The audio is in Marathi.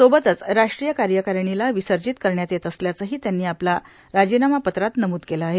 सोबतच राष्ट्रीय कार्यकारिणीला विसर्जित करण्यात येत असल्याचंही त्यांनी आपल्या राजीनामा पत्रात नमूद केलं आहे